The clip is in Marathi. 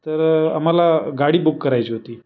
तर आम्हाला गाडी बुक करायची होती